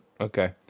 Okay